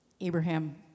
Abraham